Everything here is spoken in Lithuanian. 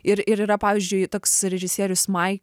ir ir yra pavyzdžiui toks režisierius mai